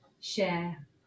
share